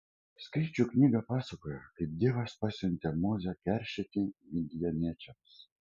skaičių knyga pasakoja kaip dievas pasiuntė mozę keršyti midjaniečiams